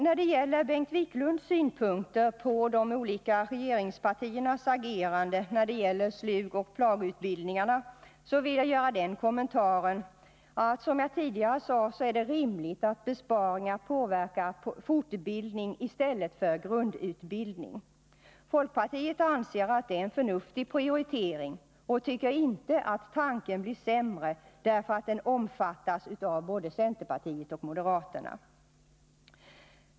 När det gäller Bengt Wiklunds synpunkter på de olika regeringspartiernas agerande i fråga om SLUG och PLAG-utbildningen vill jag göra den kommentaren att jag, som jag tidigare sade, tycker att det är rimligt att besparingar påverkar fortbildning i stället för grundutbildning. Folkpartiet anser att det är en förnuftig prioritering och tycker inte att tanken blir sämre därför att den omfattas av både centerpartiet och moderaterna.